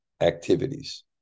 activities